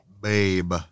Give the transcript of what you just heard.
Babe